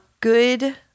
good